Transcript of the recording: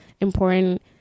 important